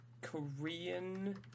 Korean